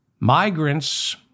Migrants